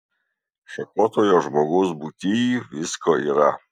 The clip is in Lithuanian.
šakotoje žmogaus būtyj visko yra